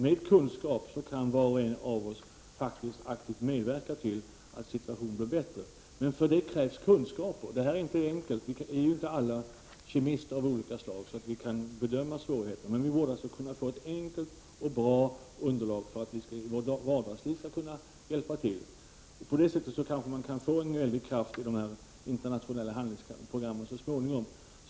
Med kunskap kan var och en av oss aktivt medverka till att situationen blir bättre. Men härför krävs alltså kunskaper. Detta är inte enkelt, och vi är inte alla kemister, så att vi kan förstå svårigheterna. Vi borde därför få ett enkelt och bra underlag, så att vi i vardagslivet kan hjälpa till. På det sättet kanske man så småningom kan få en väldig kraft i de här internationella handlingsprogrammen.